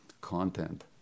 content